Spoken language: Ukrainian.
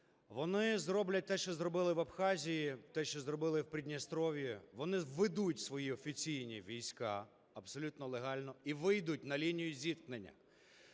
вони зроблять те, що зробили в Абхазії, те, що зробили у Придністров'ї. Вони введуть свої офіційні війська абсолютно легально і вийдуть на лінію зіткнення.